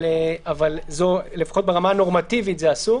אבל נורמטיבית זה אסור